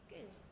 Good